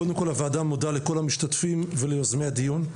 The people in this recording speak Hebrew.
קודם כל הוועדה מודה לכל המשתתפים וליוזמי הדיון.